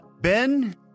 Ben